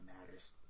matters